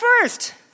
first